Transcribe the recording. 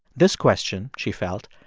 this question, she felt,